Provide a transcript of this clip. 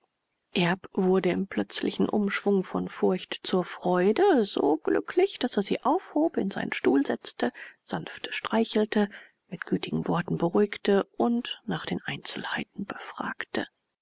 wurde im plötzlichen umschwung von furcht zur freude so glücklich daß er sie aufhob in seinen stuhl setzte sanft streichelte mit gütigen worten beruhigte und nach den einzelheiten befragte